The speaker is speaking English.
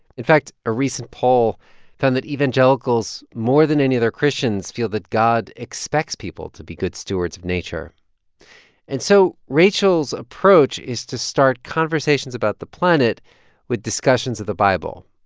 in fact, a recent poll found that evangelicals, more than any other christians, feel that god expects people to be good stewards of nature and so rachel's approach is to start conversations about the planet with discussions of the bible.